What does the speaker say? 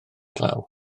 glaw